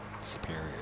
superior